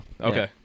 Okay